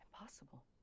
impossible